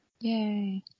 Yay